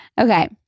Okay